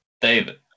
David